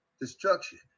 Destruction